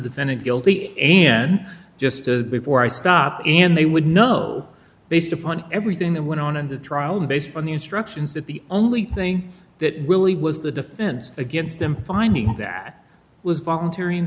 defendant guilty and just the four i stopped and they would know based upon everything that went on in the trial and based on the instructions that the only thing that really was the defense against them finding that was volunt